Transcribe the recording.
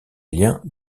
liens